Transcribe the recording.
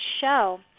show